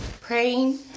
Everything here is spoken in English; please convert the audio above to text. praying